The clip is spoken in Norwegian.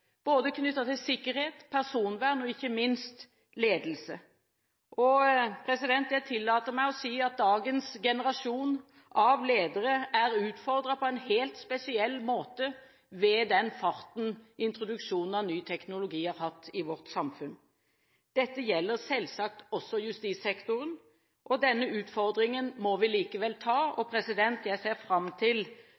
til både sikkerhet, personvern og, ikke minst, ledelse. Jeg tillater meg å si at dagens generasjon av ledere på en helt spesiell måte er utfordret av den farten introduksjonen av ny teknologi har hatt i vårt samfunn. Dette gjelder selvsagt også justissektoren. Denne utfordringen må vi likevel ta, og